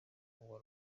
uwa